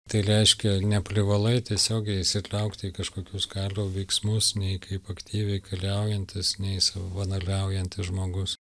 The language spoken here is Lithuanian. tai reiškia neprivalai tiesiogiai įsitraukti į kažkokius karo veiksmus nei kaip aktyviai keliaujantis nei savanoriaujantis žmogus